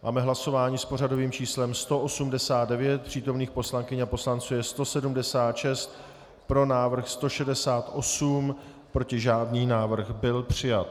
Máme hlasování s pořadovým číslem 189, přítomných poslankyň a poslanců je 176, pro návrh 168, proti žádný, návrh byl přijat.